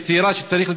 וצעירה שצריכה,